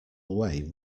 away